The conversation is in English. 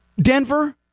Denver